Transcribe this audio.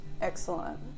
Excellent